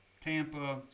Tampa